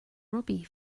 robbie